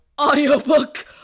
Audiobook